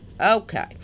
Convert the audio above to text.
Okay